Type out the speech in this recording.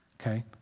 okay